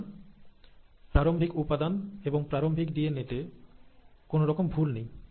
সুতরাং প্রারম্ভিক উপাদান এবং প্রারম্ভিক ডিএনএ তে কোন রকম ভুল নেই